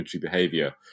behavior